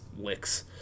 licks